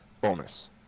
bonus